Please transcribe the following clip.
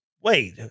wait